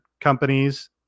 companies